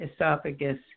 esophagus